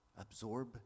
Absorb